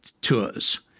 tours